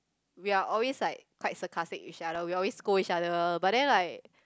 we are always like quite sarcastic each other we always go each other but then like